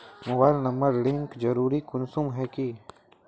Mobile number link जरुरी कुंसम है की?